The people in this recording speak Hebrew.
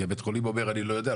כי בית החולים אומר אני לא יודע,